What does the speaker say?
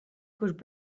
could